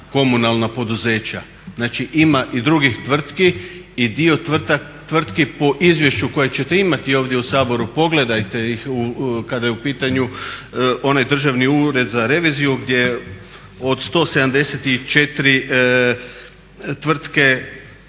komunalna poduzeća. Znači, ima i drugih tvrtki i dio tvrtki po izvješću koje ćete imati ovdje u Saboru pogledajte kada je u pitanju onaj Državni ured za reviziju gdje od 174 tvrtke